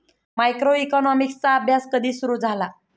मायक्रोइकॉनॉमिक्सचा अभ्यास कधी सुरु झाला?